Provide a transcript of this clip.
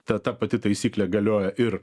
ta ta pati taisyklė galioja ir